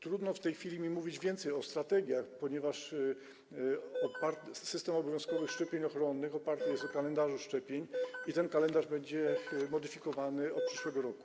Trudno jest mi w tej chwili powiedzieć więcej o strategiach, ponieważ system obowiązkowych szczepień ochronnych oparty jest na kalendarzu szczepień i ten kalendarz będzie modyfikowany od przyszłego roku.